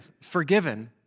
forgiven